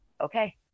Okay